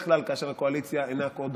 כלל כאשר הקואליציה אינה כה דורסנית,